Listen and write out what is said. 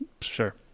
Sure